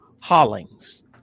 Hollings